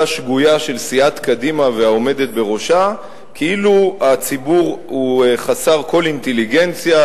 שגויה של סיעת קדימה והעומדת בראשה כאילו הציבור הוא חסר כל אינטליגנציה,